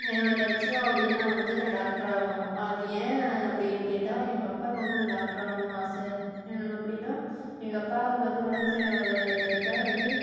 என்னோட லட்சியம் அப்படினா வந்து நான் டாக்ட்ராகணும் அது ஏன் அப்படினு கேட்டால் எங்கள் அப்பாவுக்கு வந்து நான் டாக்ட்ரு ஆகணும்னு ஆசை அப்படினா எங்கள் அப்பாவுக்கு வந்து உடம்பு சரியில்லாமல் இருந்தப்போ வந்து